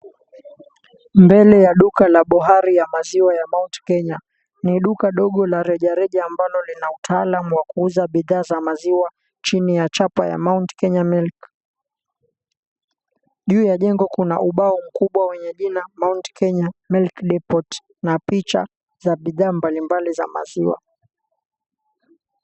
Mbele ya duka ya bohari ya maziwa ya Mount Kenya. Ni duka ndogo la rejareja ambalo lina utaalam wa kuuza bidhaa za maziwa chini ya chapa ya, Mount Kenya Milk. Juu ya jengo kuna ubao mkubwa wenye jina, Mount Kenya milk Deport na picha za bidhaa mbalimbali za maziwa.